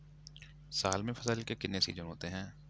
साल में फसल के कितने सीजन होते हैं?